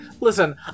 listen